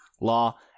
law